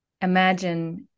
imagine